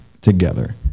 together